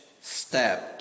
stabbed